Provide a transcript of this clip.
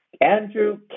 Andrew